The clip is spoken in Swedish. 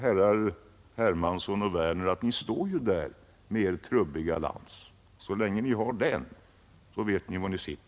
Herrar Hermansson och Werner står där med sin trubbiga lans. Så länge de har den vet vi var de står.